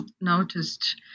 noticed